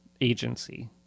agency